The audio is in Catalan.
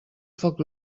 foc